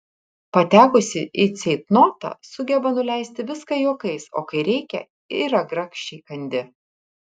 patekusi į ceitnotą sugeba nuleisti viską juokais o kai reikia yra grakščiai kandi